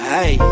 Hey